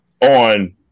on –